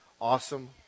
awesome